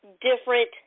different